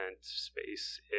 space